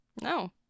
No